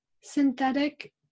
synthetic